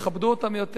יכבדו אותם יותר,